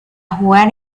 jugar